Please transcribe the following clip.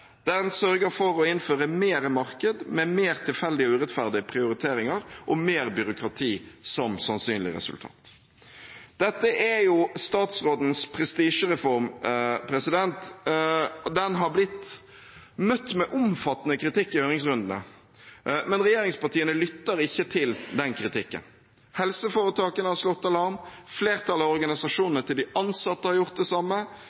Den sørger for å innføre mer marked med mer tilfeldige og urettferdige prioriteringer og mer byråkrati som sannsynlig resultat. Dette er statsrådens prestisjereform. Den har blitt møtt med omfattende kritikk i høringsrundene, men regjeringspartiene lytter ikke til den kritikken. Helseforetakene har slått alarm, flertallet av organisasjonene til de ansatte har gjort det samme,